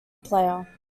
player